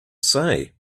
say